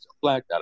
black